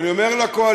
ואני אומר לקואליציה,